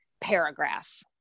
paragraph